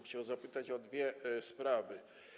Chciałbym zapytać o dwie sprawy.